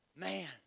Man